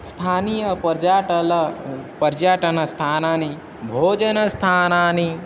स्थानीयपर्यटनं पर्यटनस्थानानि भोजनस्थानानि